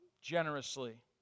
generously